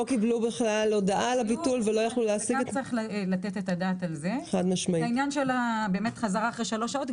בעניין של חזרה אחרי שלוש שעות,